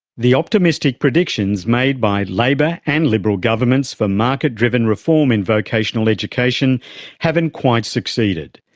the optimistic predictions made by labor and liberal governments for market driven reform in vocational education haven't quite succeeded.